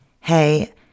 Hey